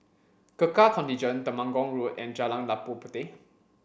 Gurkha Contingent Temenggong Road and Jalan Labu Puteh